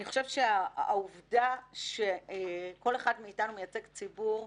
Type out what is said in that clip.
אני חושבת שהעובדה שכל אחד מאיתנו מייצג ציבור,